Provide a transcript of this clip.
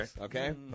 okay